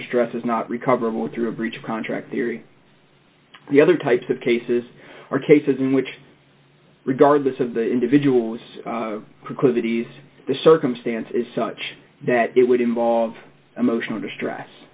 distress is not recoverable through a breach of contract theory the other types of cases are cases in which regardless of the individual is precluded these the circumstances such that it would involve emotional distress